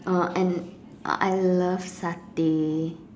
uh and I love satay